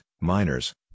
miners